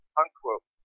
unquote